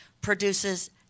produces